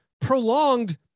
prolonged